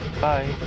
Bye